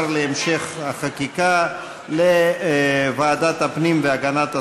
להמשך החקיקה לוועדת הפנים והגנת הסביבה.